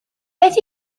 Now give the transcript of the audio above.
beth